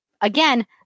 again